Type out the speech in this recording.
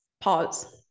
Pause